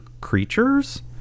creatures